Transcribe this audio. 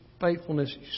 faithfulness